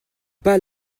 pas